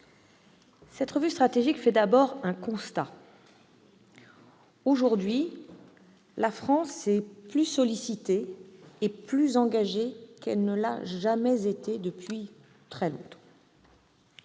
La revue stratégique fait d'abord un constat : aujourd'hui, la France est plus sollicitée et plus engagée qu'elle ne l'a été depuis longtemps.